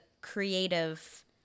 creative